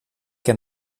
que